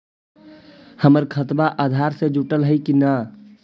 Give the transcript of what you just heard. हमर खतबा अधार से जुटल हई कि न?